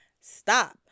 Stop